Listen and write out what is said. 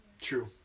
True